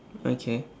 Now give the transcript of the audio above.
okay